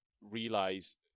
realize